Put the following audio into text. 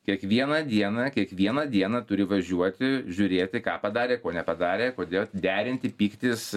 kiekvieną dieną kiekvieną dieną turi važiuoti žiūrėti ką padarė ko nepadarė kodėl derinti pyktis